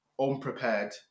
unprepared